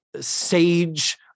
sage